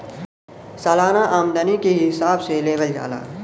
सालाना आमदनी के हिसाब से लेवल जाला